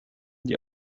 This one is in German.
die